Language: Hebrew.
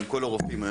גם כל הרופאים,